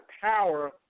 power